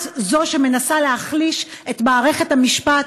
את זו שמנסה להחליש את מערכת המשפט,